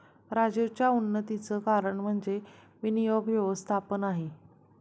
राजीवच्या उन्नतीचं कारण म्हणजे विनियोग व्यवस्थापन आहे